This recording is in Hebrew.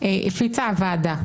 הוא בעד ההסתה.